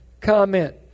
Comment